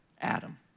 Adam